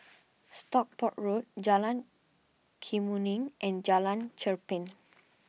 Stockport Road Jalan Kemuning and Jalan Cherpen